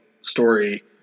story